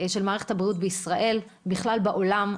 של מערכת הבריאות בישראל ובכלל בעולם.